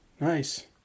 Nice